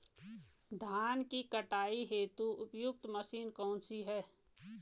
धान की कटाई हेतु उपयुक्त मशीन कौनसी है?